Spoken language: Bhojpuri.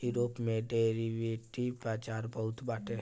यूरोप में डेरिवेटिव बाजार बहुते बाटे